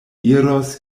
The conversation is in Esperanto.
iros